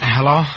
Hello